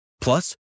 Plus